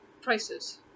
prices